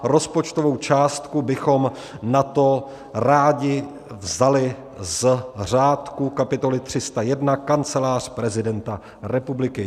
Rozpočtovou částku bychom na to rádi vzali z řádku kapitoly 301 Kancelář prezidenta republiky.